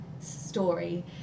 story